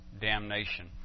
damnation